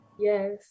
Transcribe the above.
Yes